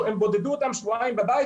הם בודדו אותם שבועיים בבית,